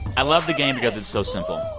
i love the game because it's so simple.